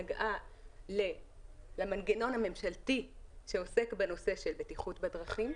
נגעה למנגנון הממשלתי שעוסק בנושא בטיחות בדרכים,